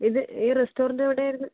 ഇത് ഈ റെസ്റ്റോറെന്റ് എവിടെയാരുന്നു